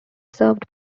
served